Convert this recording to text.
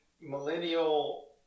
millennial